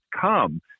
come